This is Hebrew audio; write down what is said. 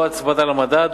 ללא הצמדה למדד,